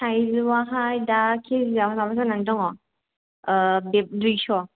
थाइजौआहाय दा कि जि आव माबा जानानै दं ओ बिब दुइस'